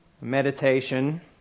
meditation